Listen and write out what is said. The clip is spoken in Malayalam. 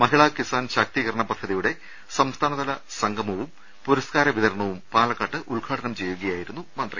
മഹിളാ കിസാൻ ശാക്തീകരണ പദ്ധതിയുടെ സംസ്ഥാനതല സംഗമവും പുരസ്കാര വിതരണവും പാലക്കാട്ട് ഉദ്ഘാടനം ചെയ്യു കയായിരുന്നു മന്ത്രി